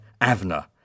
Avner